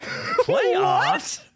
Playoffs